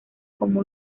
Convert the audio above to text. como